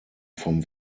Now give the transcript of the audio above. vom